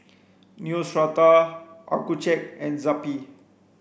Neostrata Accucheck and Zappy